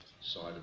side